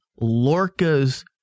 Lorca's